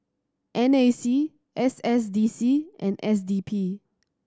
N A C S S D C and S D P